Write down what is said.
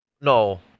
No